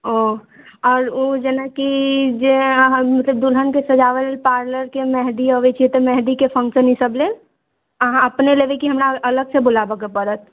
ओ आओर ओ जेनाकि जे मतलब दुल्हनके सजाबैले पार्लरके मेहन्दी अबै छै तऽ मेहन्दीके फंक्शन ईसब लेल अहाँ अपने लेबै कि हमरा अलगसँ बुलाबैके पड़त